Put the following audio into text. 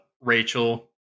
Rachel